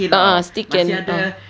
a'ah still can ah